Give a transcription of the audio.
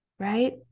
right